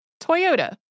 Toyota